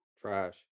Trash